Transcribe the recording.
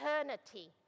eternity